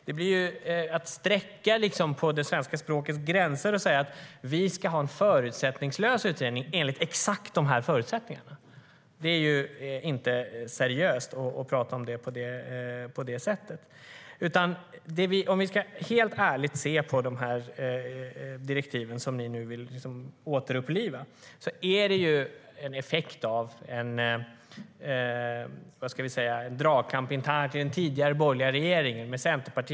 Det är att sträcka på svenska språkets gränser att säga att vi ska ha en förutsättningslös utredning enligt exakt de här förutsättningarna. Det är inte seriöst att prata på det sättet.De direktiv som ni nu vill återuppliva är en effekt av en intern dragkamp i den tidigare borgerliga regeringen, om vi ska se på det helt ärligt.